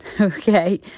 okay